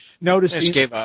noticing